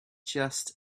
just